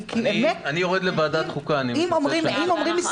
התו הסגול הזה צריך להישאר.